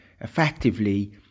effectively